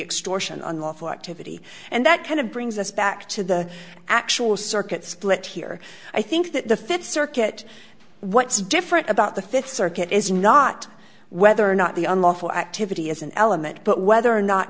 extortion unlawful activity and that kind of brings us back to the actual circuit split here i think that the fifth circuit what's different about the fifth circuit is not whether or not the unlawful activity is an element but whether